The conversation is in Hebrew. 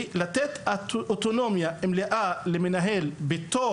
ולתת אוטונומיה מלאה למנהל בתוך